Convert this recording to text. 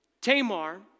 Tamar